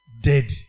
dead